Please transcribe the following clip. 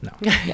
No